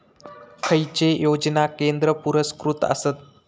खैचे योजना केंद्र पुरस्कृत आसत?